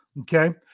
Okay